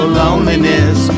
loneliness